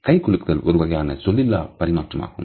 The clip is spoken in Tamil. கை குலுக்குதல் ஒருவகையான சொல்லிலா பரிமாற்றம் ஆகும்